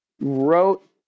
wrote –